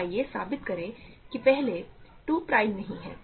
तो आइए साबित करें कि पहले 2 प्राइम नहीं है